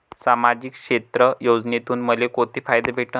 सामाजिक क्षेत्र योजनेतून मले कोंते फायदे भेटन?